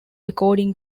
according